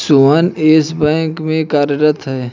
Sohan Yes Bank में कार्यरत है